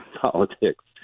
politics